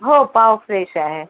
हो पाव फ्रेश आहे